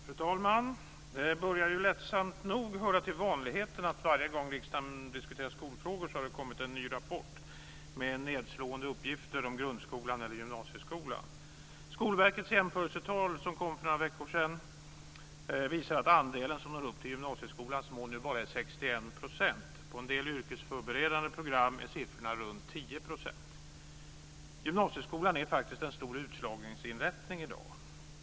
Fru talman! Det börjar ju ledsamt nog höra till vanligheten att varje gång riksdagen diskuterar skolfrågor har det kommit en ny rapport med nedslående uppgifter om grundskolan eller gymnasieskolan. Skolverkets Jämförelsetal, som kom för några veckor sedan, visar att andelen som når upp till gymnasieskolans mål nu bara är 61 %. På en del yrkesförberedande program är siffrorna runt 10 %. Gymnasieskolan är faktiskt en stor utslagningsinrättning i dag.